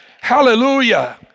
Hallelujah